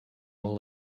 all